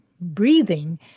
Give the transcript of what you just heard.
breathing